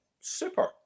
Super